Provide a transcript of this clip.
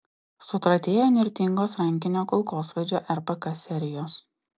sutratėjo įnirtingos rankinio kulkosvaidžio rpk serijos